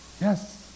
Yes